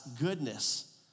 goodness